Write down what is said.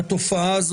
המוצא.